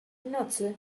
nocy